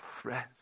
friends